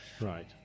Right